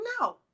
no